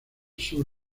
sur